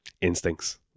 instincts